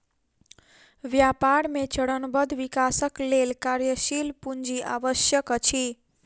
व्यापार मे चरणबद्ध विकासक लेल कार्यशील पूंजी आवश्यक अछि